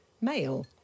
male